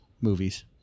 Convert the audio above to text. movies